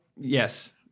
Yes